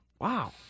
wow